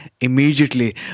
immediately